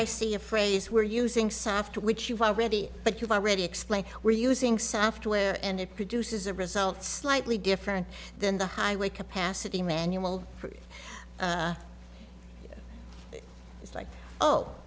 i see a phrase we're using soft which you've already but you've already explained we're using software and it produces a result slightly different than the highway capacity manual it's like oh